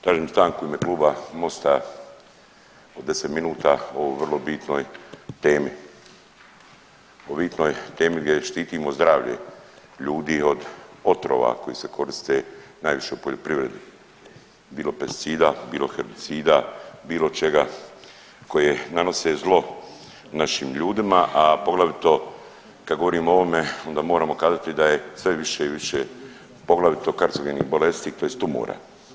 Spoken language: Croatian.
Tražim stanku u ime Kluba Mosta od 10 minuta o ovoj vrlo bitnoj temi, o bitnoj temi gdje štitimo zdravlje ljudi od otrova koji se koriste najviše u poljoprivredi, bilo pesticida, bilo herbicida, bilo čega koje nanose zlo našim ljudima, a poglavito kad govorimo o ovome onda moramo kazati da je sve više i više poglavito karcogenih bolesti tj. tumora.